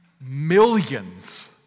millions